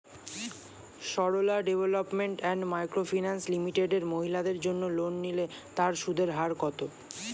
Sarala development and micro finance limited মহিলাদের জন্য loan নিলে তার সুদের হার কত?